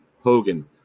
Hogan